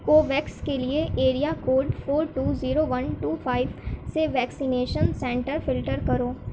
Covax کے لیے area code four two zero one two five سے ویکسینیشن سنٹر فلٹر کرو